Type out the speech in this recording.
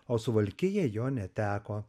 o suvalkija jo neteko